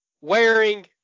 Wearing